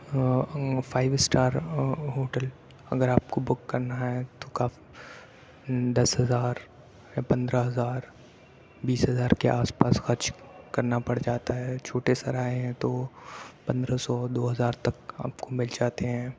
ہاں five star hotel اگر آپ کو بک کرنا ہے تو کا دس ہزار یا پندرہ ہزار بیس ہزار کے آس پاس خرچ کرنا پڑ جاتا ہے چھوٹے سرائے ہیں تو پندرہ سو دو ہزار تک آپ کو مل جاتے ہیں